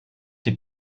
die